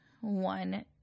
One